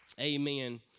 Amen